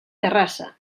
terrassa